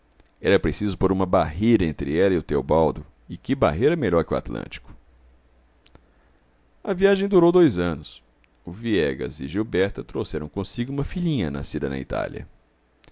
era preciso pôr uma barreira entre ela e o teobaldo e que barreira melhor que o atlântico a viagem durou dois anos o viegas e gilberta trouxeram consigo uma filhinha nascida na itália